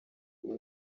kuba